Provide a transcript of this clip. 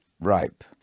ripe